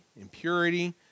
impurity